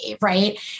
right